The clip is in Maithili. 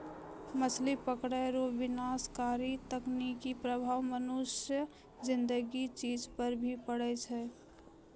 मछली पकड़ै रो विनाशकारी तकनीकी प्रभाव मनुष्य ज़िन्दगी चीज पर भी पड़ै छै